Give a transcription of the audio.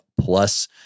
Plus